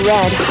Red